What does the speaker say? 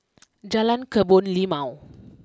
Jalan Kebun Limau